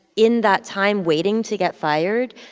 in that time waiting to get fired,